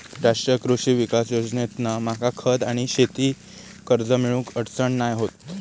राष्ट्रीय कृषी विकास योजनेतना मका खत आणि शेती कर्ज मिळुक अडचण नाय होत